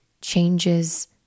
changes